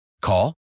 Call